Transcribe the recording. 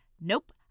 nope